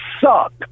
suck